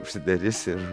užsidarys ir